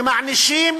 שמענישים